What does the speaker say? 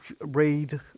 read